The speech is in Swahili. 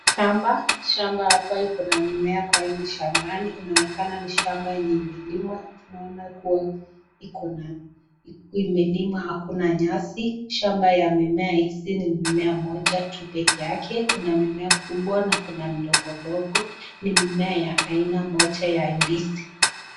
Shamba, shamba hapa iko na mimea kwa hili shambani, inaonekana ni shamba yenye imelimwa, tunaona kuwa imelimwa hakuna nyasi, shamba ya mimea hizi ni mimea moja tu pekee yake, kuna mimea kubwa na kuna mimea ndogo ndogo, ni mimea ya aina moja ya ndizi.